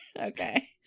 Okay